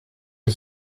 ich